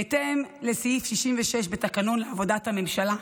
בהתאם לסעיף 66 בתקנון עבודת הממשלה,